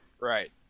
Right